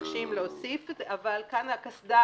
מבקשים להוסיף את זה, אבל כאן הקסדה